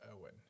Owen